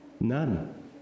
None